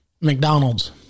McDonald's